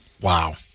Wow